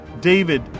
David